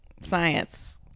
science